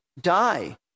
die